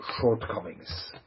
shortcomings